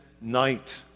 night